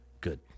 good